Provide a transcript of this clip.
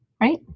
Right